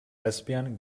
lesbian